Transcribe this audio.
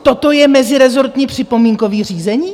Toto je mezirezortní připomínkové řízení?